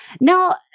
now